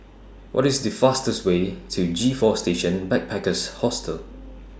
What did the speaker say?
What IS The fastest Way to G four Station Backpackers Hostel